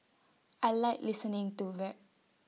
I Like listening to rap